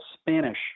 spanish